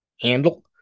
handle